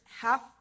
half